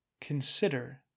consider